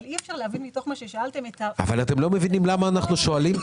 אבל אי אפשר להבין מתוך מה ששאלתם -- אתם לא מבינים למה אנחנו שואלים,